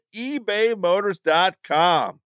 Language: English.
ebaymotors.com